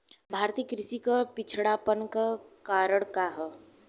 भारतीय कृषि क पिछड़ापन क कारण का ह?